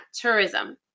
tourism